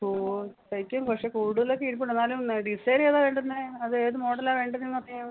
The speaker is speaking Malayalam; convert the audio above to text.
തയ്ക്കാം പക്ഷേ കൂടുതൽ ഇരിപ്പുണ്ട് എന്നാലും ഡിസൈൻ ഏതാണ് വേണ്ടുന്നത് അത് ഏത് മോഡലാണ് വേണ്ടുന്നത് എന്നൊക്കെ